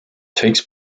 takes